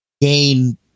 gain